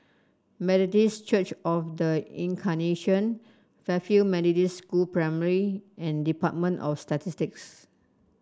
Methodist Church Of The Incarnation Fairfield Methodist School Primary and Department of Statistics